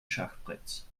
schachbretts